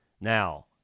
Now